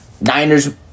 Niners